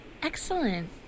Excellent